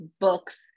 books